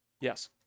Yes